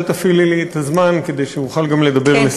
אל תפעילי לי את השעון כדי שאוכל גם לדבר לשר.